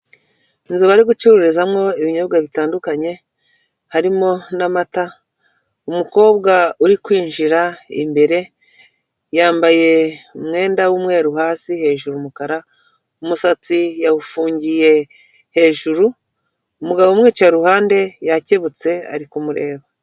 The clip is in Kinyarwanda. Inzu bari gucururizamo ibinyobwa bitandukanye harimo n'amata, umukobwa uri kwinjira imbere yambaye umwenda w'umweru hasi hejuru umukara umusatsi yawufungiye hejuru umugabo umwicaye iruhande yakebutse ari kumureba.